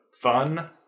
fun